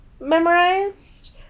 memorized